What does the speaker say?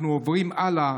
אנחנו עוברים הלאה,